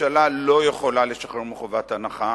הממשלה לא יכולה לשחרר מחובת הנחה,